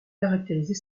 caractériser